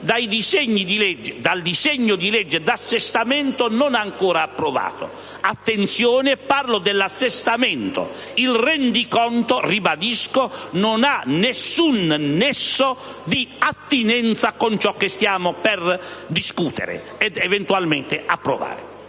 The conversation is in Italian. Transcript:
dal disegno di legge di assestamento non ancora approvato. Attenzione: sto parlando dell'assestamento; il rendiconto - ribadisco - non ha nessun nesso di attinenza con ciò di cui stiamo per discutere ed eventualmente approvare.